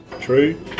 true